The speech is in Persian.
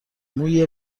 موی